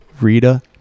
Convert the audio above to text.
Rita